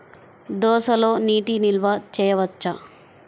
దోసలో నీటి నిల్వ చేయవచ్చా?